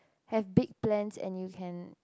have big plans and you can